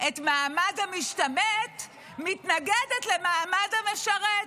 את מעמד המשתמט מתנגדת למעמד המשרת,